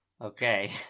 Okay